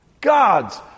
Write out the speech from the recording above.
God's